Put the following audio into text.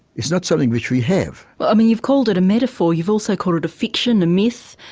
it's not something which we have. but i mean you've called it a metaphor, you've also called it a fiction, a myth,